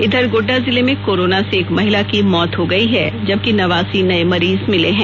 इधर गोड्डा जिले में कोरोना से एक महिला की मौत हो गई है जबकि नवासी नए मरीज मिले हैं